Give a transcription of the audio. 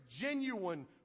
genuine